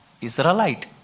Israelite